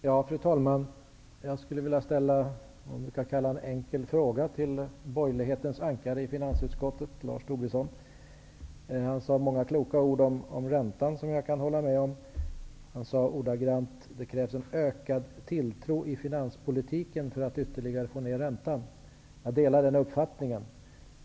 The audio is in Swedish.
Fru talman! Jag skulle vilja ställa en enkel fråga till borgerlighetens ankare i finansutskottet, Lars Tobisson. Han sade många kloka ord om räntan som jag kan hålla med om. Han sade ordagrant: ''Det krävs en ökad tilltro i finanspolitiken för att ytterligare få ner räntan.'' Jag delar den uppfattningen.